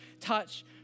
touch